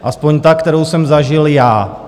Aspoň ta, kterou jsem zažil já.